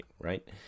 right